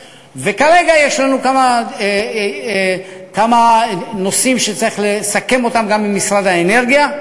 כרגע יש לנו כמה נושאים שצריך לסכם גם עם משרד האנרגיה.